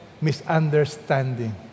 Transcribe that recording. misunderstanding